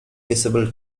visible